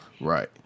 Right